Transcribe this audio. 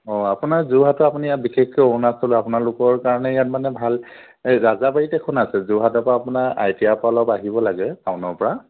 অঁ আপোনাৰ যোৰহাটত আপুনি ইয়াত বিশেষকৈ অৰুণাচল আপোনালোকৰ কাৰণে মানে ইয়াত ভাল ৰাজাবাৰীত এখন আছে যোৰহাটৰ পৰা আপোনাৰ আইটিআইৰ পৰা অলপ আহিব লাগে টাউনৰ পৰা